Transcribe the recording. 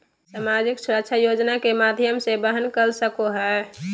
सामाजिक सुरक्षा योजना के माध्यम से वहन कर सको हइ